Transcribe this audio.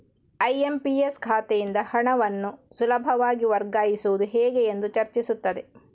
IMPS ಖಾತೆಯಿಂದ ಹಣವನ್ನು ಸುಲಭವಾಗಿ ವರ್ಗಾಯಿಸುವುದು ಹೇಗೆ ಎಂದು ಚರ್ಚಿಸುತ್ತದೆ